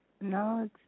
No